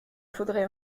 faudrait